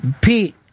Pete